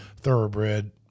thoroughbred